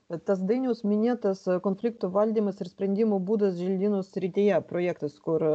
tas dainiaus minėtas konfliktų valdymas ir sprendimų būdas želdynų srityje projektas kur